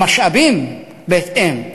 עם משאבים בהתאם,